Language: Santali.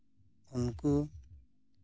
ᱩᱱᱠᱩ